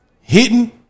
hitting